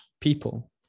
people